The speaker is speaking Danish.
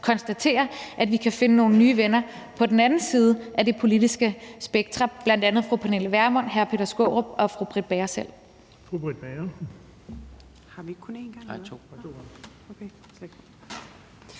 konstatere, at vi kan finde nogle nye venner på den anden side af det politiske spektrum, bl.a. fru Pernille Vermund, hr. Peter Skaarup og fru Britt Bager selv.